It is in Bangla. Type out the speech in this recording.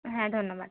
হ্যাঁ ধন্যবাদ